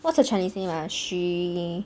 what's her chinese name ah 徐